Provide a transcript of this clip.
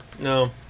no